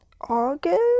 August